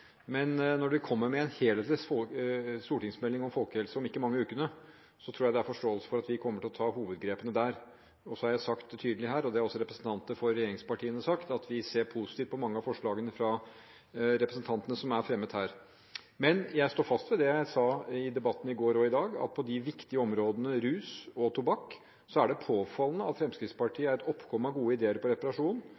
men når vi kommer med en helhetlig stortingsmelding om folkehelse om ikke mange ukene, tror jeg det er forståelse for at vi kommer til å ta hovedgrepene der. Jeg har sagt tydelig her, og det har også representanter for regjeringspartiene, at vi ser positivt på mange av forslagene fra representantene som er fremmet her. Men jeg står fast ved det jeg sa i debattene i går og i dag: På de viktige områdene rus og tobakk er det påfallende at Fremskrittspartiet